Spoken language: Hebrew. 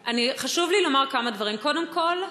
חשוב לי לומר כמה דברים: קודם כול,